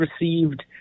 received